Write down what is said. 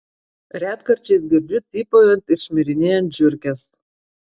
retkarčiais girdžiu cypaujant ir šmirinėjant žiurkes